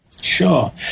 Sure